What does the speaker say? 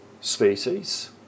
species